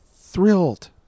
thrilled